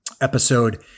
episode